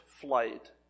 flight